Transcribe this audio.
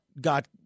got